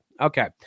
Okay